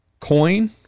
Coin